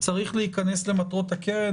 צריך להיכנס למטרות הקרן,